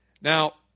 Now